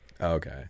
Okay